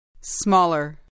Smaller